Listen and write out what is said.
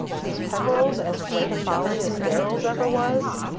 is peveril's as great a folly as darrell's ever was?